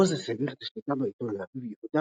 מוזס העביר את השליטה בעיתון לאביו יהודה